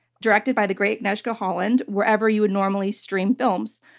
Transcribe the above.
directed by the great agnieszka holland, wherever you would normally stream films.